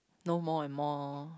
no more and more